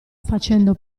facendo